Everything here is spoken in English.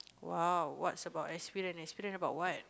!wow! what's about experience experience about what